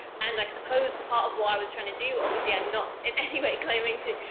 and i suppose part of what i was trying to do obviously i'm not in any way claiming to,